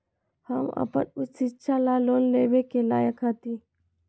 हम अपन उच्च शिक्षा ला लोन लेवे के लायक हती?